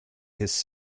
his